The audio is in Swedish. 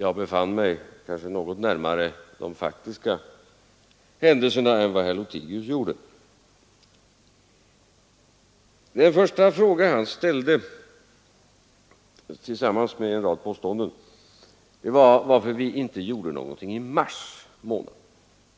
Jag befann mig kanske något närmare de faktiska händelserna än vad herr Lothigius gjorde. Den första fråga han ställde tillsammans med en rad påståenden var: Varför gjorde vi inte något i mars månad?